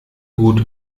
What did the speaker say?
gut